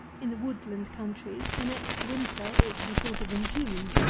in the woodland countries, the next winter ought to be thought of in june,